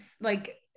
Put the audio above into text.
like-